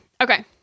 Okay